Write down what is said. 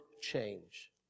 change